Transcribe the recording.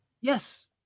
Yes